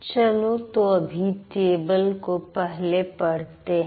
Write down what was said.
चलो तो अभी टेबल को पहले पढ़ते हैं